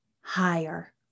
higher